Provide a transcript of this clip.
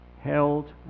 held